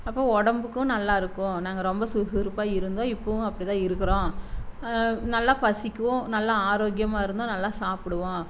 அப்போது உடம்புக்கும் நல்லா இருக்கும் நாங்கள் ரொம்ப சுறுசுறுப்பாக இருந்தோம் இப்போதும் அப்படி தான் இருக்கிறோம் நல்லா பசிக்கும் நல்லா ஆரோக்கியமாக இருந்தோம் நல்லா சாப்பிடுவோம்